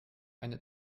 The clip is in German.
eine